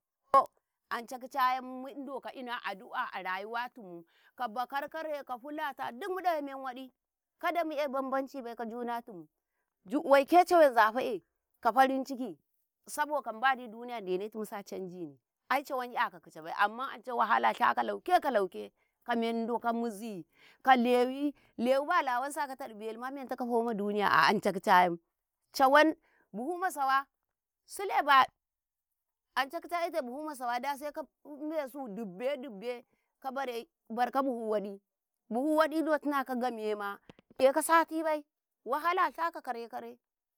﻿Oh! anca kic'yam mudoka ina addu'a a rayuwa tumu ka bakar-kare ka falata gid muɗawe men waɗi kada mu'eh bam-bamcibai ka juna tum waike cawe zafa'eh ka farin ciki saboda mbadi duniya denetumsa canjine ai cawan “yaka kicabai amma anca wahala shaka lauke kalauke ka mendo ka mizi ka lewii, lewiba lawan sakau tadu beluma mentaka fauma duniya a anca kica'an cawan buhu ma sawa sile ba anca kaicayan buhuma sawa sai ka mesu dibbai-dibbai ka bare barka buhu waɗi, buhu waɗi do tinaka gamyema eka satibai wahalasha ka kare-kare.